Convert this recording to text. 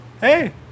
hey